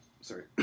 sorry